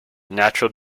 natural